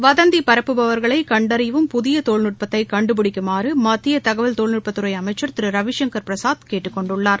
வதந்தி பரப்புபவர்களை கண்டறியவும் புதிய தொழில்நுட்பத்தை கண்டுபிடிக்குமாறு மத்தி தகவல் தொழில்நுட்பத்துறை அமைச்சள் திரு ரவிசங்கர் பிரசாத் கேட்டுக் கொண்டுள்ளார்